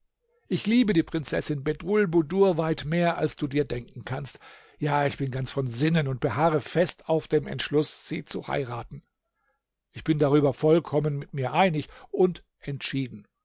ich liebe die prinzessin bedrulbudur weit mehr als du dir denken kannst ja ich bin ganz von sinnen und beharre fest auf dem entschluß sie zu heiraten ich bin darüber vollkommen mit mir einig und entschieden